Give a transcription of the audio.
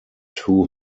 two